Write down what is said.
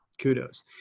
kudos